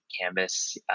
canvas